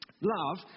Love